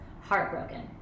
heartbroken